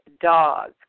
dog